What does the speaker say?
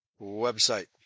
website